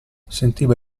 sentiva